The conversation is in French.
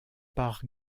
par